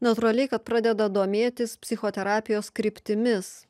natūraliai kad pradeda domėtis psichoterapijos kryptimis